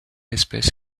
espèce